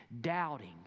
Doubting